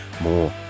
more